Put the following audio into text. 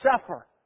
suffer